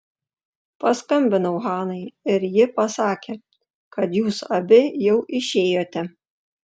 paskambinau hanai ir ji pasakė kad jūs abi jau išėjote